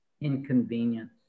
Inconvenience